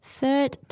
Third